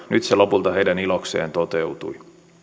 nyt se lopulta heidän ilokseen toteutui